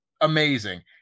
amazing